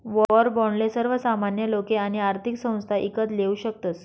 war बाॅन्डले सर्वसामान्य लोके आणि आर्थिक संस्था ईकत लेवू शकतस